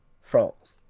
france